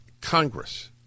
Congress